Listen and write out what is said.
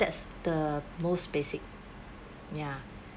that's the most basic ya